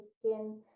skin